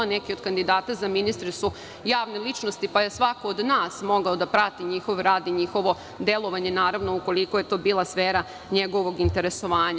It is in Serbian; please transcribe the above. Neki od kandidata za ministre su ličnosti, pa je svako od nas mogao da prati njihov rad i njihovo delovanje, naravno, ukoliko je to bila sfera njegovog interesovanja.